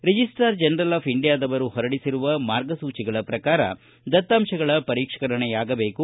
registrar general of ಇಂಡಿಯಾದವರು ಹೊರಡಿಸಿರುವ ಮಾರ್ಗಸೂಚಿಗಳ ಪ್ರಕಾರ ದತ್ತಾಂಶಗಳ ಪರಿಷ್ಕರಣೆಯಾಗಬೇಕು